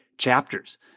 chapters